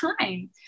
time